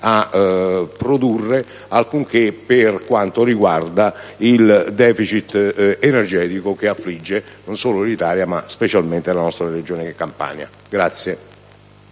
a produrre alcunché per quanto riguarda il *deficit* energetico che affligge l'Italia, e specialmente la nostra Regione Campania.